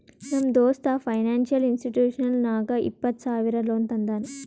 ನಮ್ ದೋಸ್ತ financial institution ನಾಗ್ ಇಪ್ಪತ್ತ ಸಾವಿರ ಲೋನ್ ತಂದಾನ್